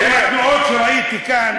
עם התנועות שראיתי כאן,